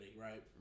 Right